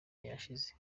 yashize